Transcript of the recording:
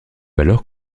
valeur